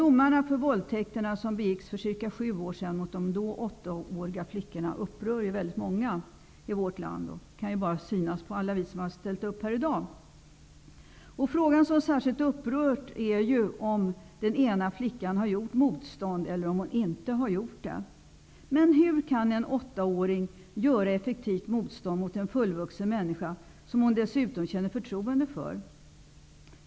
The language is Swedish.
Domarna för de våldtäkter som begicks för cirka sju år sedan mot de då åttaåriga flickorna upprör väldigt många i vårt land. Det kan ses av alla de ledamöter som har ställt upp här i dag. Den fråga som särskilt upprört är frågan om huruvida den ena flickan har gjort motstånd eller inte. Hur kan en åttaåring göra ett effektivt motstånd mot en fullvuxen människa som barnet dessutom känner förtroende för?